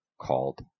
called